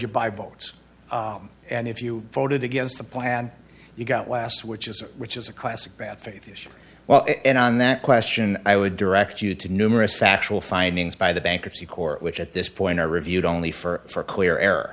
you buy votes and if you voted against the plan you got last which is which is a classic bad faith as well and on that question i would direct you to numerous factual findings by the bankruptcy court which at this point are reviewed only for clear